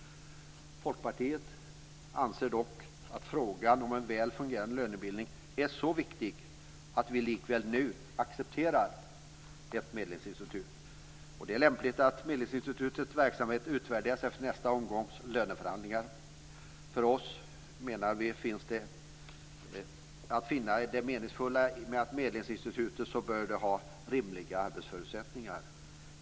Folkpartiet anser dock att frågan om en väl fungerande lönebildning är så viktig att vi likväl nu accepterar ett medlingsinstitut. Det är lämpligt att medlingsinstitutets verksamhet utvärderas efter nästa omgångs löneförhandlingar. För att vi ska finna det meningsfullt med ett medlingsinstitut bör det ha rimliga arbetsförutsättningar.